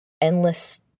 endless